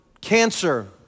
cancer